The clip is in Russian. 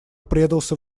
предался